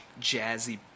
jazzy